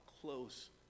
close